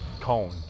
cone